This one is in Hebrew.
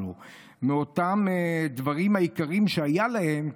אותם דברים יקרים שהיו להם,